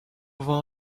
vain